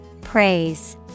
Praise